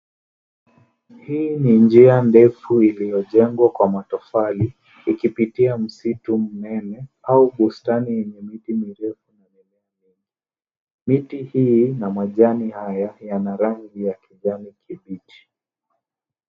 Hii ni njia ndefu iliyojengwa kwa matofali ikipitia msitu mnene au bustani yenye miti mirefu na mimea mengi. Miti hii na majani haya yana rangi ya kijani kibichi.